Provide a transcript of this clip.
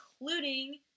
including